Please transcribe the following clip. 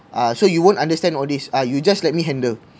ah so you won't understand all these ah you just let me handle